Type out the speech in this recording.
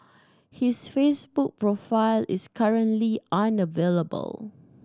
his Facebook profile is currently unavailable